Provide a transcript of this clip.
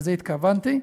לזה התכוונתי.